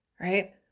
Right